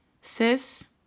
sis